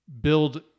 build